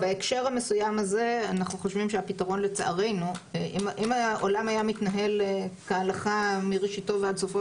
אם העולם היה מתנהל כהלכה מראשיתו ועד סופו,